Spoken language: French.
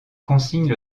consigne